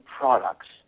products